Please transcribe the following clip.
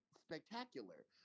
spectacular